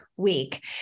week